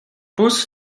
bus